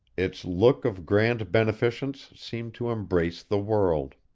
its look of grand beneficence seemed to embrace the world.